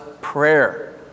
prayer